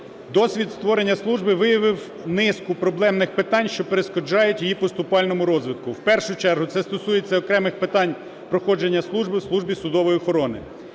досвід створення служби виявив низку проблемних питань, що перешкоджають її поступальному розвитку. В першу чергу, це стосується окремих питань проходження служби в Службі судової охорони.